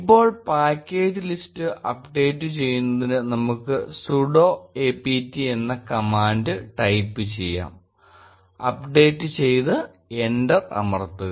ഇപ്പോൾ package list update ചെയ്യുന്നതിന് നമുക്ക് sudo apt എന്ന കമാൻഡ് ടൈപ്പ് ചെയ്യാം അപ്ഡേറ്റ് ചെയ്ത് എന്റർ അമർത്തുക